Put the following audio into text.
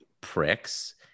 pricks